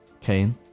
Kane